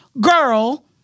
girl